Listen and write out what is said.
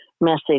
message